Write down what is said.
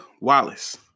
Wallace